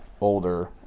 older